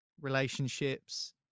relationships